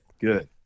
Good